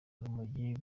urumogi